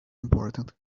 important